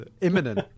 imminent